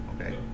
Okay